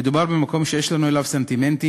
מדובר במקום שיש לנו אליו סנטימנטים.